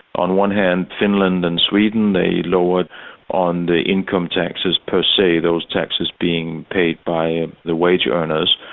on one hand, finland and sweden, they lowered on the income taxes per se, those taxes being paid by the wage earners.